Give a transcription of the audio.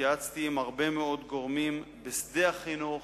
התייעצתי עם הרבה מאוד גורמים בשדה החינוך.